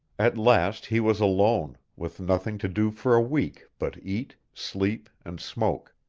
at last he was alone, with nothing to do for a week but eat, sleep and smoke.